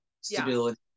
stability